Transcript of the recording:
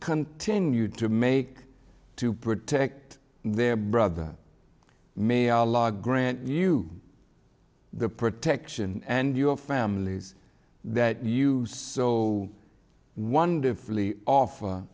continue to make to protect their brother may our law grant you the protection and your families that you saw wonderfully of